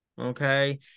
Okay